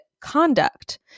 conduct